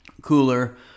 cooler